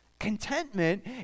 Contentment